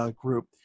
group